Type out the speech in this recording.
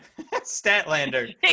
statlander